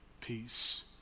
peace